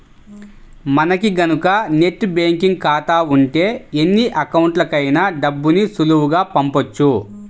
మనకి గనక net banking ఖాతా ఉంటే ఎన్ని అకౌంట్లకైనా డబ్బుని సులువుగా పంపొచ్చు